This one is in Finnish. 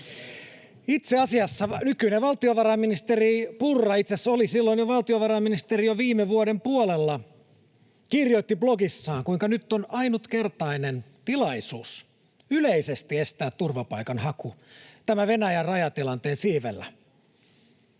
Itse asiassa nykyinen valtiovarainministeri Purra — itse asiassa oli valtiovarainministeri jo viime vuoden puolella — kirjoitti blogissaan, kuinka nyt on ainutkertainen tilaisuus yleisesti estää turvapaikanhaku tämän Venäjän rajatilanteen siivellä.